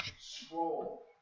scroll